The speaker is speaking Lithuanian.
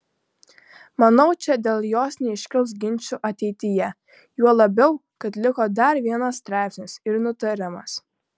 manau čia dėl jos neiškils ginčų ateityje juo labiau kad liko dar vienas straipsnis ir nutarimas